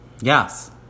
Yes